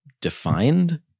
defined